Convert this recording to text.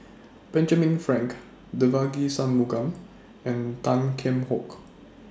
Benjamin Frank Devagi Sanmugam and Tan Kheam Hock